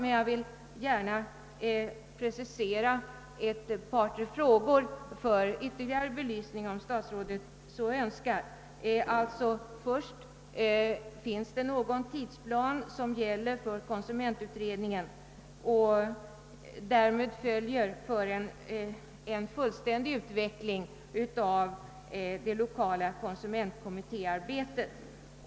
Men jag vill gärna precisera ett par frågor för ytterligare belysning, om statsrådet så önskar: Finns det någon tidsplan för konsumentutredningen och vad därmed följer för en fullständig utveckling av det lokala konsumentkommittéarbetet?